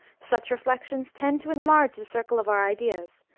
such reflections tend to enlarge the circle of our ideas,